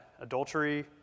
Adultery